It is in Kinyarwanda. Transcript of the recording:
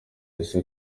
ese